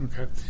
Okay